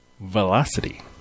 velocity